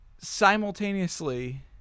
simultaneously